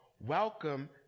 welcome